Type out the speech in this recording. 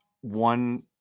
one